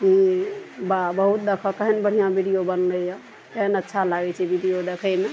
हूँ वाह बहुत देखऽ केहेन बढ़िआँ वीडियो बनलइए केहन अच्छा लागय छै वीडियो देखयमे